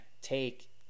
take